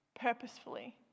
purposefully